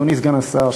אדוני סגן השר,